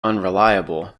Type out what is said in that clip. unreliable